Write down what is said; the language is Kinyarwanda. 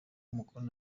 umukono